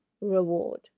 reward